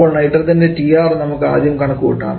അപ്പോൾ നൈട്രജൻറെ TR നമുക്ക് ആദ്യം കണക്കുകൂട്ടാം